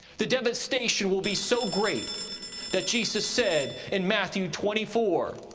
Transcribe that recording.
the devastation will be so great that jesus said in matthew twenty four,